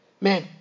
Man